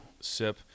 sip